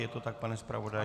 Je to tak, pane zpravodaji?